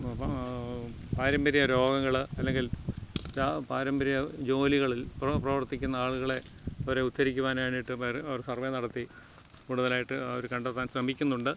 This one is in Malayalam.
പാരമ്പര്യ രോഗങ്ങള് അല്ലെങ്കിൽ പാരമ്പര്യ ജോലികളിൽ പ്രവർത്തിക്കുന്ന ആളുകളെ വരെ ഉദ്ധരിക്കുവാൻ വേണ്ടിയിട്ട് അവർ സർവ്വേ നടത്തി കൂടുതലായിട്ട് അവര് കണ്ടെത്താൻ ശ്രമിക്കുന്നുണ്ട്